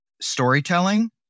storytelling